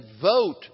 vote